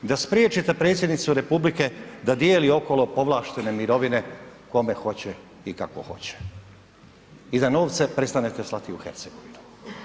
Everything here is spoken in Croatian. Da spriječite predsjednicu republike da dijeli okolo povlaštene mirovine kome hoće i kako hoće i da novce prestanete slati u Hercegovinu?